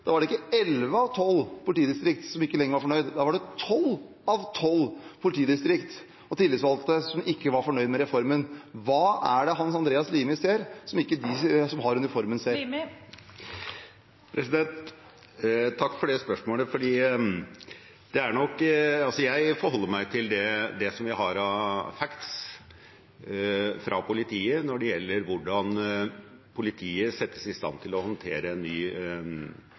da var det ikke elleve av tolv, men tolv av tolv politidistrikt og tillitsvalgte som ikke var fornøyd med reformen. Hva er det Hans Andreas Limi ser, som ikke de som har uniformen på, ser? Takk for spørsmålet. Jeg forholder meg til det vi har av fakta fra politiet, når det gjelder hvordan politiet settes i stand til å håndtere